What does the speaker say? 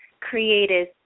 created